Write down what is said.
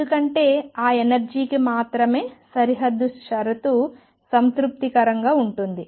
ఎందుకంటే ఆ ఎనర్జీకి మాత్రమే సరిహద్దు షరతు సంతృప్తికరంగా ఉంటుంది